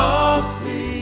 Softly